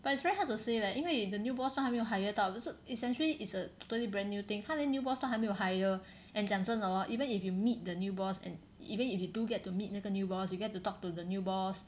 but it's very hard to say leh 因为 the new boss 都没有 hire 到就是 essentially is a totally brand new thing 他连 new boss 都还没有 hire and 讲真的 hor even if you meet the new boss and even if you do get to meet 那个 new boss you get to talk to the new boss